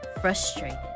frustrated